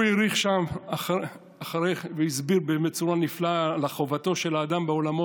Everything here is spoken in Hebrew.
הוא האריך שם והסביר בצורה נפלאה על חובתו של האדם בעולמו,